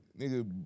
Nigga